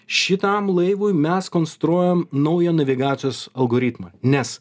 šitam laivui mes konstruojam naują navigacijos algoritmą nes